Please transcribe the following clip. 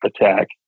attack